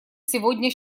сегодня